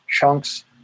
chunks